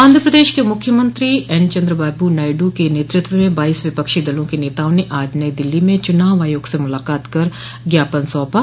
आंध्र प्रदेश के मुख्यमंत्री एन चन्द्रबाबू नायडू के नेतृत्व में बाईस विपक्षी दलों के नेताओं ने आज नई दिल्ली में चुनाव आयोग से मुलाकात कर ज्ञापन सौंपा